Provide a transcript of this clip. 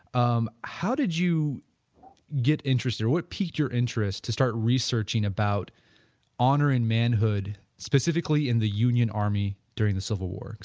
um how did you get interested or what piqued your interest to start researching about honor in manhood, specifically in the union army during the civil war.